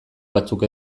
batzuk